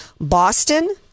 Boston